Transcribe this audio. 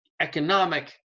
economic